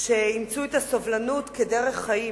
שאימצו את הסובלנות כדרך חיים,